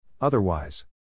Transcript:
Otherwise